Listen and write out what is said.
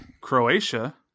Croatia